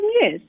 yes